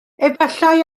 efallai